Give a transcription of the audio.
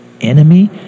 enemy